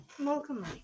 welcome